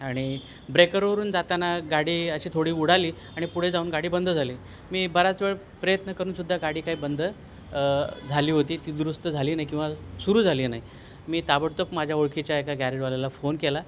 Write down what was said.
आणि ब्रेकरवरून जाताना गाडी अशी थोडी उडाली आणि पुढे जाऊन गाडी बंद झाली मी बराच वेळ प्रयत्न करूनसुद्धा गाडी काही बंद झाली होती ती दुरुस्त झाली नाही किंवा सुरू झाली नाही मी ताबडतोब माझ्या ओळखीच्या एका गॅरेजवाल्याला फोन केला